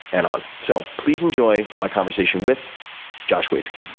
and on. so please enjoy my conversation with josh waitzkin.